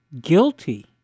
guilty